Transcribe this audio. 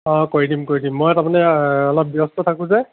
অঁ কৰি দিম কৰি দিম মই তাৰমানে অলপ ব্যস্ত থাকোঁ যে